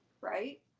right